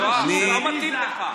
יואב, זה לא מתאים לך.